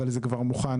אבל זה כבר מוכן,